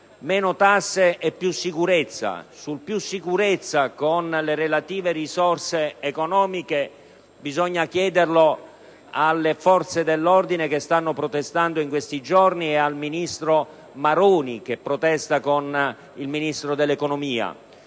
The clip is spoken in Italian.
meno tasse e più sicurezza. Sul più sicurezza, con le relative risorse economiche, bisogna rivolgere la domanda alle forze dell'ordine, che stanno protestando in questi giorni, e al ministro Maroni, che protesta con il Ministro dell'economia.